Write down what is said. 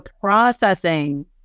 processing